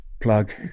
Plug